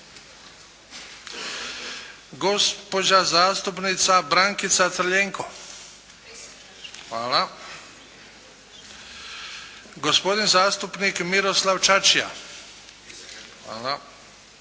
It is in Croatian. gospodin zastupnik Miroslav Čačija